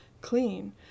clean